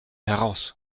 heraus